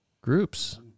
groups